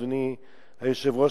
אדוני היושב-ראש,